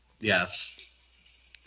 Yes